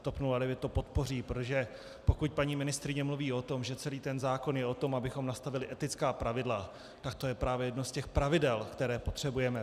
TOP 09 to podpoří, protože pokud paní ministryně mluví o tom, že celý ten zákon je o tom, abychom nastavili etická pravidla, tak to je právě jedno z těch pravidel, které potřebujeme.